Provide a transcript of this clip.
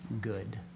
good